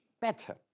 better